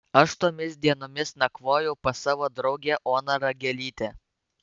aš tomis dienomis nakvojau pas savo draugę oną ragelytę